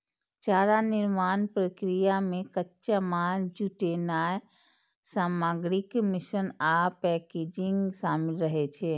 चारा निर्माण प्रक्रिया मे कच्चा माल जुटेनाय, सामग्रीक मिश्रण आ पैकेजिंग शामिल रहै छै